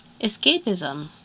Escapism